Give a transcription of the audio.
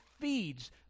feeds